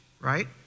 right